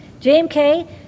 JMK